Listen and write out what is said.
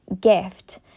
gift